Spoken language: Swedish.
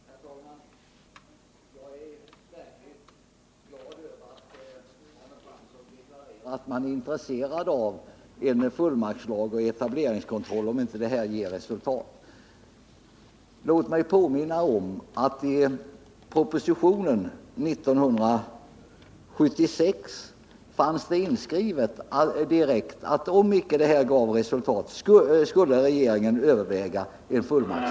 Herr talman! Jag är verkligt glad över att Arne Fransson deklarerar att man är intresserad av en fullmaktslag och en etableringskontroll om inte etableringsdelegationens verksamhet ger önskat resultat. Låt mig påminna om att det i propositionen från 1976 fanns direkt inskrivet att regeringen skulle överväga en fullmaktslag om inte delegationens verksamhet gav resultat.